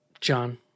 John